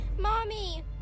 Mommy